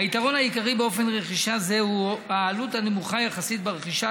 היתרון העיקרי באופן רכישה זה הוא העלות הנמוכה יחסית ברכישה,